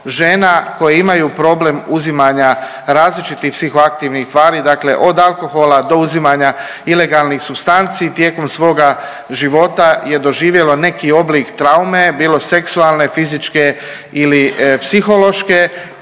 žena koje imaju problem uzimanja različitih psihoaktivnih tvari dakle od alkohola do uzimanja ilegalnih supstanci tijekom svoga života je doživjelo neki oblik traume, bilo seksualne, fizičke ili psihološke